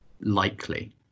likely